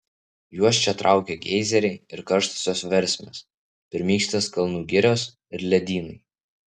juos čia traukia geizeriai ir karštosios versmės pirmykštės kalnų girios ir ledynai